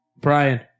Brian